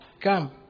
Come